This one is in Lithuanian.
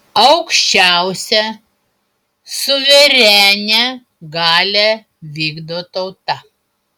aukščiausią suverenią galią vykdo tauta